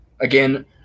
again